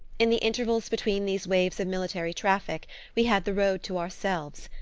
in the intervals between these waves of military traffic we had the road to ourselves,